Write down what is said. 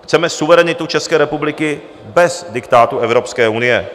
Chceme suverenitu České republiky bez diktátu Evropské unie.